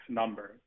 number